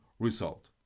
result